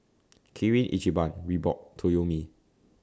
Kirin Ichiban Reebok Toyomi